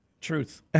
Truth